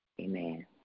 Amen